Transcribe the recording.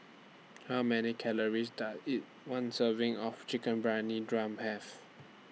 How Many Calories Does A one Serving of Chicken Briyani drum Have